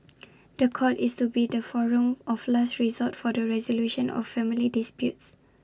The Court is to be the forum of last resort for the resolution of family disputes